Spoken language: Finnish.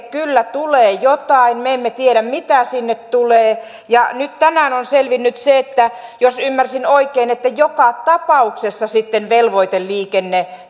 kyllä tulee jotain me emme tiedä mitä sinne tulee ja nyt tänään on selvinnyt jos ymmärsin oikein että joka tapauksessa sitten velvoiteliikenne